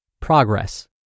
Progress